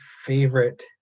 favorite